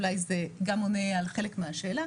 אולי זה גם עונה על חלק מהשאלה,